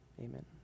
amen